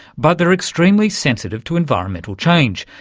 but they're extremely sensitive to environmental change,